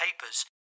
papers